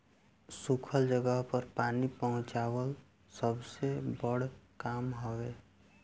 सुखल जगह पर पानी पहुंचवाल सबसे बड़ काम हवे